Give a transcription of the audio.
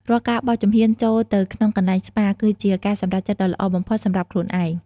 រាល់ការបោះជំហានចូលទៅក្នុងកន្លែងស្ប៉ា គឺជាការសម្រេចចិត្តដ៏ល្អបំផុតសម្រាប់ខ្លួនឯង។